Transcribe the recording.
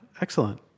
excellent